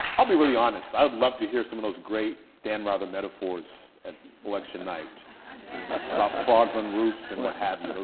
i'll be really honest, i'd love to hear some of those great dan rather metaphors and election night about frogs on roofs and what have